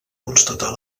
constatar